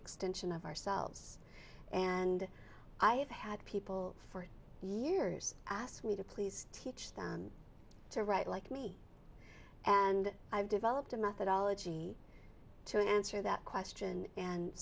extension of ourselves and i have had people for years asked me to please teach them to write like me and i've developed a methodology to answer that question and